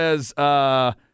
says